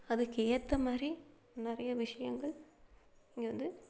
அதுக்கு ஏற்ற மாதிரி நிறையா விஷயங்கள் இங்கே வந்து